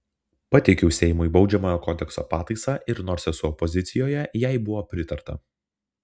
pateikiau seimui baudžiamojo kodekso pataisą ir nors esu opozicijoje jai buvo pritarta